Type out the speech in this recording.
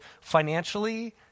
financially